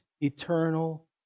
eternal